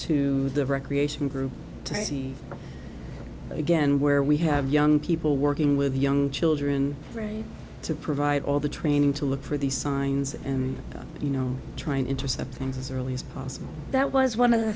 to the recreation group to see again where we have young people working with young children to provide all the training to look for these signs and you know trying to intercept things as early as possible that was one of the